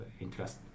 interest